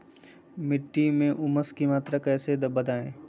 मिट्टी में ऊमस की मात्रा कैसे बदाबे?